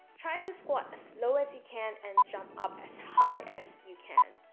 try to squat as low as you can and jump up as high as you can